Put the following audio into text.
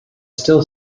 still